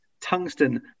tungsten